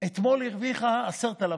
אתמול היא הרוויחה 10,000,